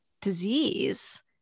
disease